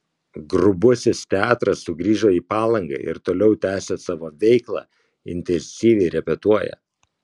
grubusis teatras sugrįžo į palangą ir toliau tęsią savo veiklą intensyviai repetuoja